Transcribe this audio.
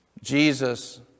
Jesus